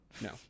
No